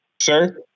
Sir